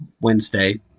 Wednesday